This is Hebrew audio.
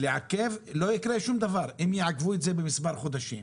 שלא יקרה שום דבר אם יעכבו את זה במספר חודשים,